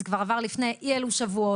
זה כבר עבר לפני אי אלו שבועות,